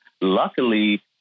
luckily